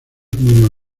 muy